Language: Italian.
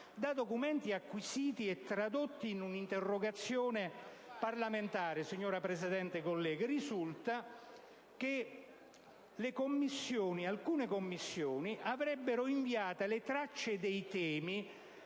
Da documenti acquisiti, e tradotti in un'interrogazione parlamentare, la 4-04822, signora Presidente, colleghi, risulta che alcune commissioni avrebbero inviato le tracce dei temi